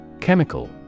Chemical